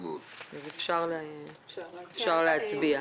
אז אפשר להצביע.